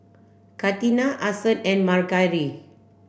Katina Ason and Margery